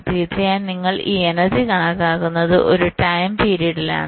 തീർച്ചയായും നിങ്ങൾ ഈ എനർജി കണക്കാക്കുന്നത് ഒരു ടൈം പീരിഡിലാണ് T